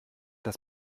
das